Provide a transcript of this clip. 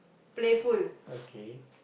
okay